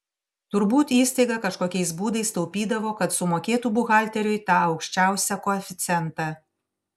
turbūt įstaiga kažkokiais būdais taupydavo kad sumokėtų buhalteriui tą aukščiausią koeficientą